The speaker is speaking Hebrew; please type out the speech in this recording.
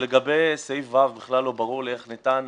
לגבי סעיף (ו), בכלל לא ברור לי איך ניתן